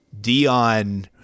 dion